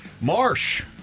Marsh